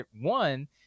one